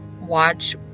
watch